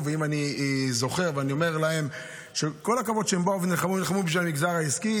אני חייב, באמת, לוועדה הנושא, החוק,